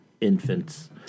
infants